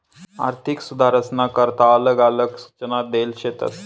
आर्थिक सुधारसना करता आलग आलग सूचना देल शेतस